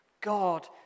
God